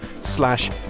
slash